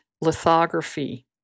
lithography